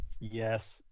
Yes